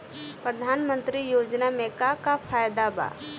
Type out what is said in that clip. प्रधानमंत्री योजना मे का का फायदा बा?